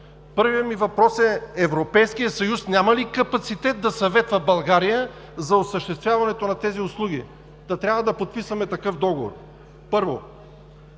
Първият ми въпрос е: Европейският съюз няма ли капацитет да съветва България за осъществяването на тези услуги, та трябва да подписваме такъв договор? Второ,